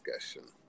discussion